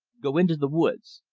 go into the woods.